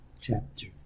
chapter